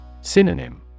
Synonym